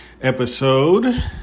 episode